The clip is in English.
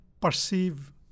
perceive